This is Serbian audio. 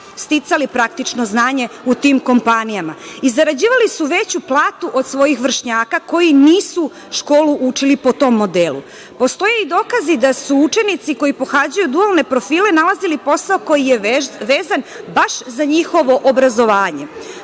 sticali praktično znanje u tim kompanijama i zarađivali su veću platu od svojih vršnjaka koji nisu školu učili po tom modelu. Postoje i dokazi da su učenici koji pohađaju dualne profile nalazili posao koji je vezan baš za njihovo obrazovanje.